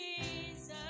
Jesus